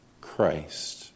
Christ